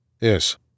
Yes